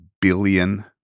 billion